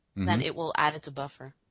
then it will add it to buffer.